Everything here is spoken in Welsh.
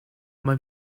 mae